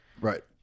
Right